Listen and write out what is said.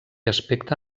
aspecte